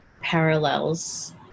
parallels